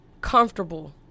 comfortable